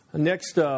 Next